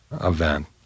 event